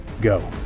go